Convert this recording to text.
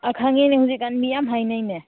ꯑꯥ ꯈꯪꯉꯦꯅꯦ ꯍꯧꯖꯤꯛ ꯀꯥꯟꯗꯤ ꯌꯥꯝ ꯍꯥꯏꯅꯩꯅꯦ